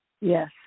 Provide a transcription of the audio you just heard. Yes